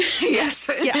Yes